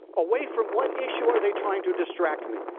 away from what issue are they trying to distract me?